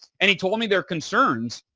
and he told me their concerns.